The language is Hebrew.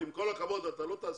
עם כל הכבוד, אתה לא תעשה